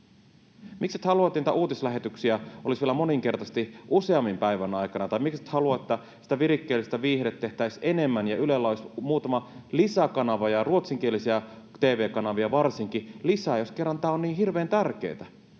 Miksi et halua, että niitä uutislähetyksiä olisi vielä moninkertaisesti useammin päivän aikana, tai miksi et halua, että sitä virikkeellistä viihdettä tehtäisiin enemmän ja Ylellä olisi muutama lisäkanava ja varsinkin ruotsinkielisiä tv-kanavia lisää, jos kerran tämä on niin hirveän tärkeätä?